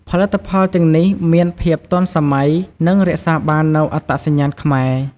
ផលិតផលទាំងនេះមានភាពទាន់សម័យ និងរក្សាបាននូវអត្តសញ្ញាណខ្មែរ។